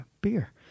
beer